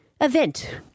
event